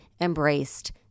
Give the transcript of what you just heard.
embraced